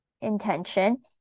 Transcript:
intention